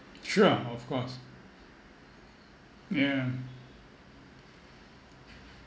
sure of course yeah